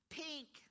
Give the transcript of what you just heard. pink